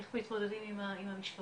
איך מתמודדים עם המשפחות.